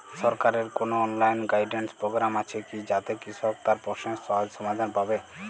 সরকারের কোনো online guidance program আছে কি যাতে কৃষক তার প্রশ্নের সহজ সমাধান পাবে?